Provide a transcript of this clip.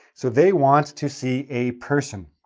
so, they want to see a person.